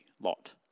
Lot